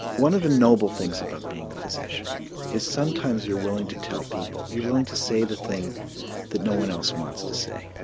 one of the noble things about being a physician is sometimes you're willing to tell people, you're willing to say the thing that no one else wants to say.